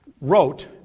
wrote